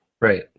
Right